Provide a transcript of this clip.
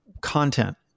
Content